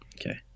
Okay